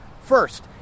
first